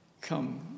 come